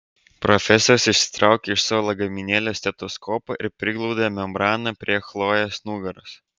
profesorius išsitraukė iš savo lagaminėlio stetoskopą ir priglaudė membraną prie chlojės nugaros